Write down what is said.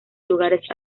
lugares